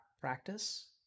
practice